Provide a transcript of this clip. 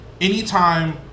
anytime